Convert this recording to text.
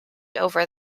over